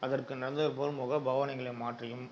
அதற்கு நல்லவர் போல் முக பாவனங்களை மாற்றியும்